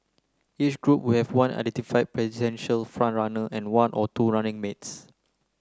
each group would have one identified presidential front runner and one or two running mates